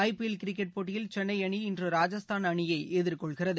IPL cricket போட்டியில் சென்னைஅணி இன்று ராஜஸ்தான் அணியைஎதிர்கொள்கிறது